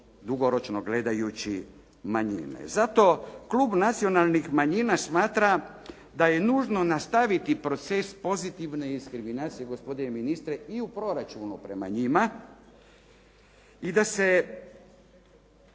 dugoročno gledajući manjine. Zato Klub nacionalnih manjina smatra da je nužno nastaviti proces pozitivne diskriminacije, gospodine ministre i u proračunu prema njima i da se